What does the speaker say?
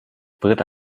britta